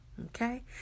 okay